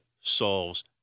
solves